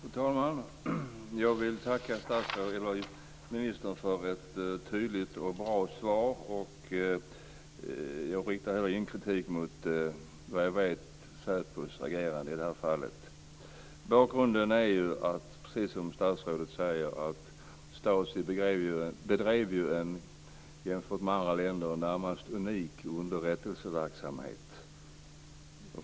Fru talman! Jag vill tacka ministern för ett tydligt och bra svar. Jag riktar ingen kritik mot SÄPO:s agerande i det här fallet. Bakgrunden är, precis som statsrådet säger, att STASI bedrev en jämfört med andra länder närmast unik underrättelseverksamhet.